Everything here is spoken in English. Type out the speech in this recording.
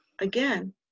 again